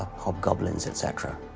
hobgoblins, etc.